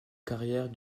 carrière